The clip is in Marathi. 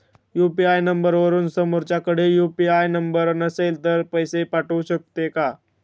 यु.पी.आय नंबरवरून समोरच्याकडे यु.पी.आय नंबर नसेल तरी पैसे पाठवू शकते का?